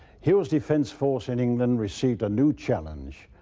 hill's defense force in england received a new challenge.